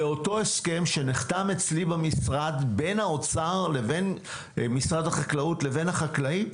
לאותו הסכם שנחתם אצלי במשרד בין האוצר לבין משרד החקלאות לבין החקלאים?